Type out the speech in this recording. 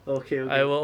okay okay